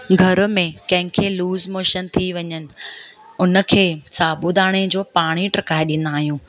घर में कंहिंखे लूस मोशन थी वञनि उनखे साबूदाणे जो पाणी टहिकाए ॾींदा आहियूं